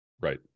Right